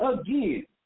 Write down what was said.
again